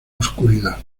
oscuridad